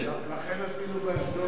לכן עשינו באשדוד,